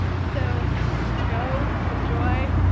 so go enjoy,